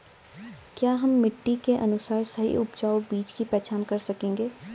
क्या हम मिट्टी के अनुसार सही उपजाऊ बीज की पहचान कर सकेंगे?